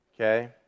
okay